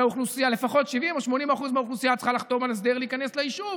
ולפחות 70% או 80% מהאוכלוסייה צריכה לחתום על הסדר להיכנס ליישוב.